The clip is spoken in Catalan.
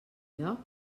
lloc